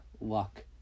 Luck